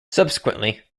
subsequently